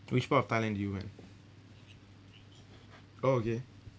which part of Thailand did you went oh okay